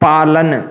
पालन